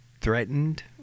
threatened